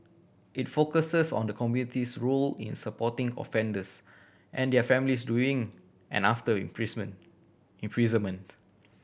it focuses on the community's role in supporting offenders and their families doing and after imprisonment imprisonment